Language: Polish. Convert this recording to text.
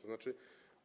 To znaczy